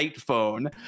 phone